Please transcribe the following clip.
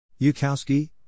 Yukowski